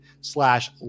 slash